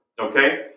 okay